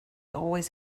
always